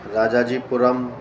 Rajajipuram